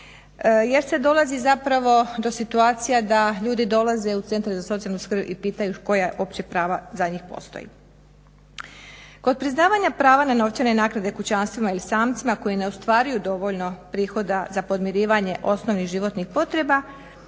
jer se dolazi zapravo do situacija da ljudi dolaze u centar za socijalnu skrb i pitaju koja uopće prava za njih postoji. Kod priznavanja prava na novčane naknade kućanstvima ili samcima koji ne ostvaruju dovoljno prihoda za podmirivanje osnovnih životnih potreba,